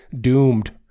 Doomed